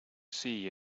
see